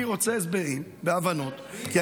אני רוצה הסברים והבנות, מי